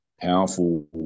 powerful